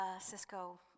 Cisco